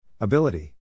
Ability